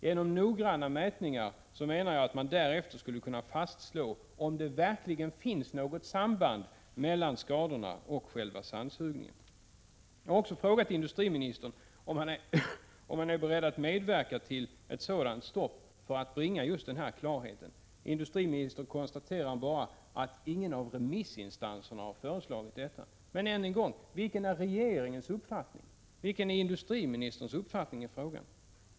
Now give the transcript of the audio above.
Genom noggranna mätningar skulle man därefter kunna faststå om det verkligen finns något samband mellan skadorna och själva sandsugningen. Jag har också frågat industriministern om han är beredd att medverka till ett sådant stopp för att just frambringa denna klarhet. Industriministern konstaterar bara att ingen av remissinstanserna har föreslagit detta. Men än en gång: Vilken är regeringens uppfattning? Vilken är industriministerns uppfattning i frågan?